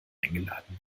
eingeladen